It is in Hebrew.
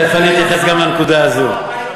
תכף אני אתייחס גם לנקודה הזאת.